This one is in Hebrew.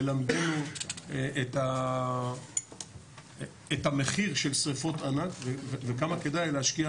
ללמדנו את המחיר של שריפות ענק וכמה כדאי להשקיע